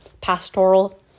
pastoral